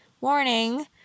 warning